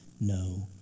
no